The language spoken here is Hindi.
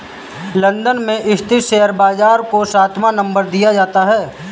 लन्दन में स्थित शेयर बाजार को सातवां नम्बर दिया जाता है